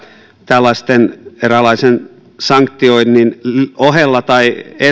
tällaisen eräänlaisen sanktioinnin oheen tai